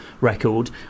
record